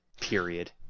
Period